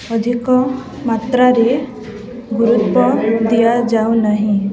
ଅଧିକ ମାତ୍ରାରେ ଗୁରୁତ୍ୱ ଦିଆଯାଉ ନାହିଁ